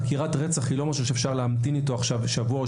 חקירת רצח היא לא משהו שאפשר להמתין איתו עכשיו שבוע או